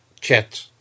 chat